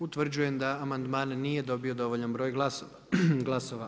Utvrđujem da amandman nije dobio dovoljan broj glasova.